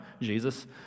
Jesus